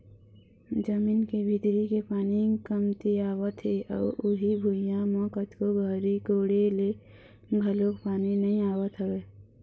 जमीन के भीतरी के पानी कमतियावत हे अउ उही भुइयां म कतको गहरी कोड़े ले घलोक पानी नइ आवत हवय